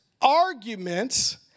arguments